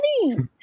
money